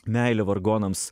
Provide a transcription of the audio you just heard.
meilė vargonams